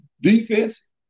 defense